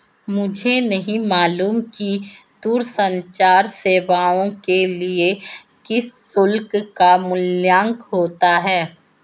मुझे नहीं मालूम कि दूरसंचार सेवाओं के लिए किस शुल्क का मूल्यांकन होता है?